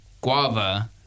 guava